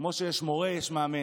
כמו שיש מורה, יש מאמן,